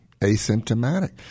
asymptomatic